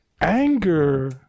Anger